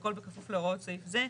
והכל בכפוף להוראות סעיף זה.